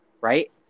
right